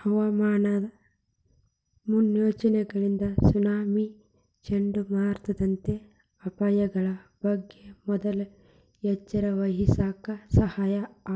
ಹವಾಮಾನ ಮುನ್ಸೂಚನೆಗಳಿಂದ ಸುನಾಮಿ, ಚಂಡಮಾರುತದಂತ ಅಪಾಯಗಳ ಬಗ್ಗೆ ಮೊದ್ಲ ಎಚ್ಚರವಹಿಸಾಕ ಸಹಾಯ